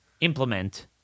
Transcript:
implement